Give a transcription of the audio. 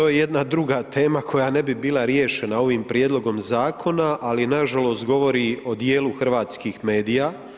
Da, to, to je jedna druga tema koja ne bi bila riješena ovim prijedlogom zakona, ali nažalost govori o dijelu hrvatskih medija.